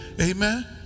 Amen